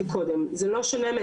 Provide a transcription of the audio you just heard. אם הנסיבות הם כאלה